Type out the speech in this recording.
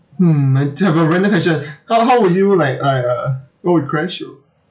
mm random question how how would you like like uh oh it crashed